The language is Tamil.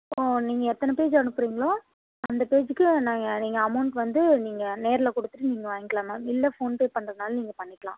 அப்புறோம் நீங்கள் எத்தனை பேஜ் அனுப்புறிங்களோ அந்த பேஜுக்கு நாங்கள் எங்கள் அமௌண்ட் வந்து நீங்கள் நேரில் கொடுத்துட்டு நீங்கள் வாங்கிக்கலாம் மேம் இல்லை ஃபோன்பே பண்ணுறதுனாலும் நீங்கள் பண்ணிக்கலாம்